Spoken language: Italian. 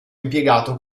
impiegato